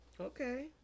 okay